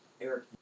Eric